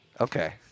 Okay